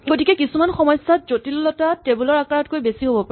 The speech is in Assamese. গতিকে কিছুমান সমস্যাত জটিলতা টেবল ৰ আকাৰতকৈ বেছি হ'ব পাৰে